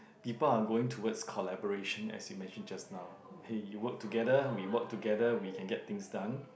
people are going towards collaboration as you mention just now hey you work together we work together we can get things done